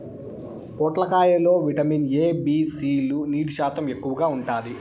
పొట్లకాయ లో vitamin A, B, C లు, నీటి శాతం ఎక్కువగా ఉంటాది